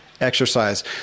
exercise